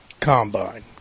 Combine